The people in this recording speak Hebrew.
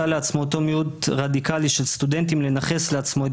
לעצמו אותו מיעוט רדיקלי של סטודנטים לנכס לעצמו את